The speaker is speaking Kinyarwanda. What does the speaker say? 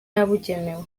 yabugenewe